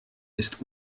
ist